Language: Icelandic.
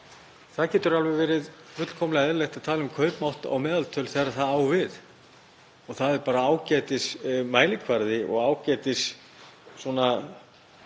Það getur alveg verið fullkomlega eðlilegt að tala um kaupmátt og meðaltöl þegar það á við og það er bara ágætismælikvarði og það getur